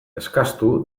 eskastu